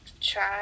Try